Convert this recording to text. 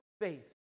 faith